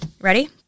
ready